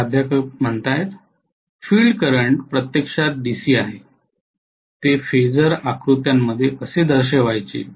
प्राध्यापक field current प्रत्यक्षात DC आहे ते फेझर आकृत्यामध्ये कसे दर्शवायचे